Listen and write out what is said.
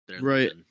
right